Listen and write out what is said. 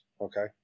Okay